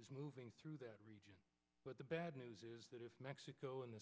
is moving through that region but the bad news is that if mexico and the